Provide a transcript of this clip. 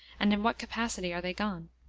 and in what capacity are they gone?